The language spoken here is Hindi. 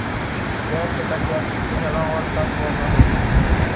बैंक डकैती शहरों और कस्बों में होती है